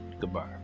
Goodbye